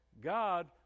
God